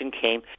came